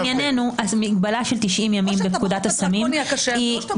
לכאורה גם עם חזקה ראייתית אני מכניס את זה